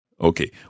Okay